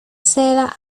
seda